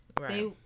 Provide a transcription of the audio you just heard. Right